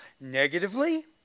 Negatively